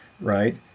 right